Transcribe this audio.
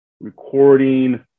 recording